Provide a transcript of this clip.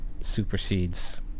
supersedes